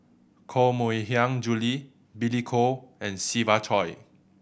Koh Mui Hiang Julie Billy Koh and Siva Choy